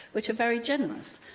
which are very generous.